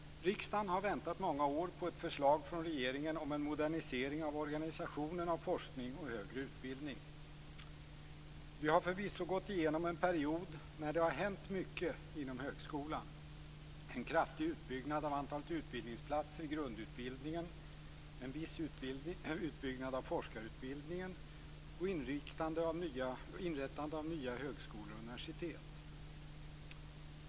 Riksdagen har väntat många år på ett förslag från regeringen om en modernisering av organisationen av forskning och högre utbildning. Vi har förvisso gått igenom en period när det har hänt mycket inom högskolan - en kraftig utbyggnad av antalet utbildningsplatser i grundutbildningen, viss utbyggnad av forskarutbildningen och inrättande av nya högskolor och universitet.